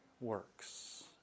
works